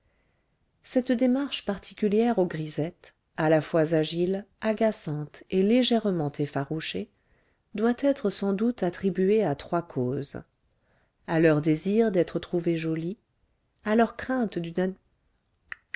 cette démarche particulière aux grisettes à la fois agile agaçante et légèrement effarouchée doit être sans doute attribuée à trois causes à leur désir d'être trouvées jolies à leur crainte d'une